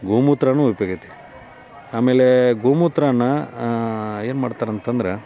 ಗೋಮೂತ್ರವೂ ಉಪ್ಯೋಗ ಐತಿ ಆಮೇಲೆ ಗೋಮೂತ್ರನ್ನ ಏನು ಮಾಡ್ತಾರಂತಂದ್ರೆ